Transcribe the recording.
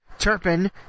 Turpin